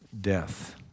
death